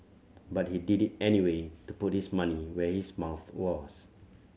but he did it anyway to put his money where his mouth was